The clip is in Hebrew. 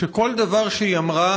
שכל דבר שהיא אמרה,